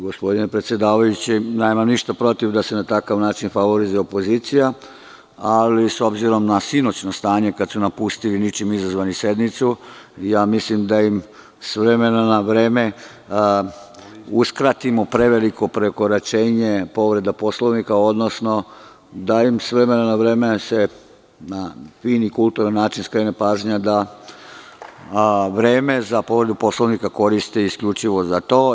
Gospodine predsedavajući, nemam ništa protiv da se na takav način favorizuje opozicija, ali s obzirom na sinoćno stanje, kada su ničim izazvani napustili sednicu, mislim da im s vremena na vreme uskratimo preveliko prekoračenje povreda Poslovnika, odnosno da im se s vremena na vreme na fin i kulturan način skrene pažnja da vreme za povredu Poslovnika koriste isključivo za to.